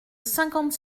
cinquante